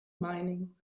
mining